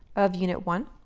of unit one,